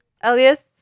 Elias